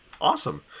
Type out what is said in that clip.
awesome